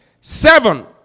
Seven